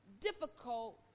difficult